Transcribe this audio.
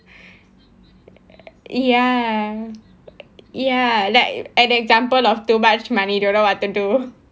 ya ya like an example of too much money don't know what to do